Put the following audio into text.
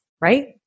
right